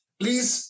please